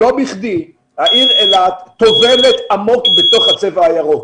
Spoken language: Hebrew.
לא בכדי העיר אילת טובלת עמוק בתוך הצבע הירוק.